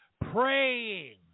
praying